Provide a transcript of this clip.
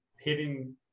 hitting